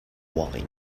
wine